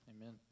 Amen